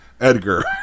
Edgar